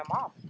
mom